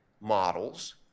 models